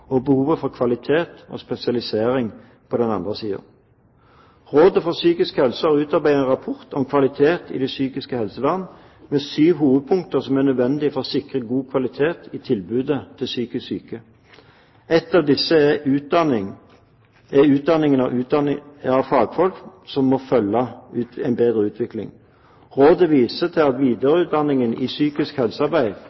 og behovet for kvalitet og spesialisering på den andre siden. Rådet for psykisk helse har utarbeidet en rapport om kvalitet i det psykiske helsevernet med syv hovedpunkter som er nødvendig for å sikre god kvalitet i tilbudet til psykisk syke. Et av disse er at utdanningen av fagfolk må følge en bedre utvikling. Rådet viser til at